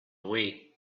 wii